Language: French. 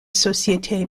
société